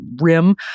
rim